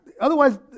Otherwise